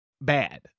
bad